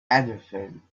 anything